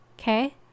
Okay